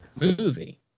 movie